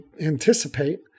anticipate